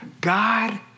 God